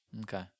okay